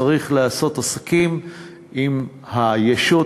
צריך לעשות עסקים עם הישות,